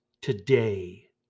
today